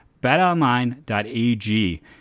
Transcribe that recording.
BetOnline.ag